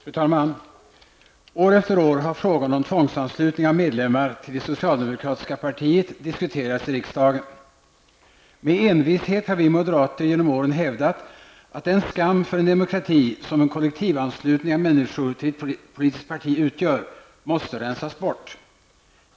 Fru talman! År efter år har frågan om tvångsanslutning av medlemmar till det socialdemokratiska partiet diskuterats i riksdagen. Med envishet har vi moderater genom åren hävdat att den skam för en demokrati som en kollektivanslutning av människor till ett politiskt parti utgör måste rensas bort.